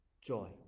joy